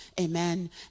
amen